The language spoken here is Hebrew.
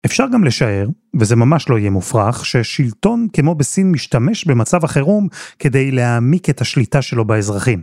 אפשר גם לשער, וזה ממש לא יהיה מופרך, ששלטון כמו בסין משתמש במצב החירום כדי להעמיק את השליטה שלו באזרחים.